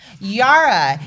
Yara